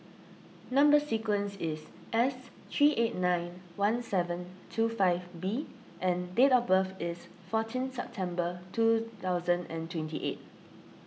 Number Sequence is S three eight nine one seven two five B and date of birth is fourteen September two thousand and twenty eight